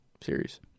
series